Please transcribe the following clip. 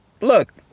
look